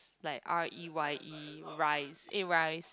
like R E Y E Reyes eh Reyes